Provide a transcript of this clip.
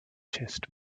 chest